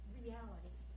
reality